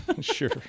Sure